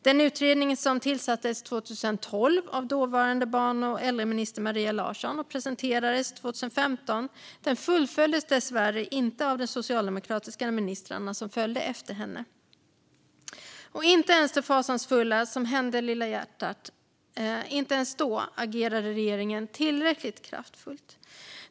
Den utredning som tillsattes 2012 av dåvarande barn och äldreminister Maria Larsson och presenterades 2015 fullföljdes dessvärre inte av de socialdemokratiska ministrar som följde efter henne. Inte ens när det fasansfulla hände "Lilla hjärtat" agerade regeringen tillräckligt kraftigt.